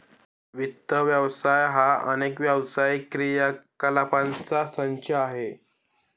वित्त व्यवसाय हा अनेक व्यावसायिक क्रियाकलापांचा संच आहे